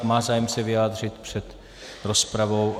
Má zájem se vyjádřit před rozpravou?